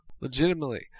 Legitimately